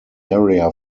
area